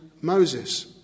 Moses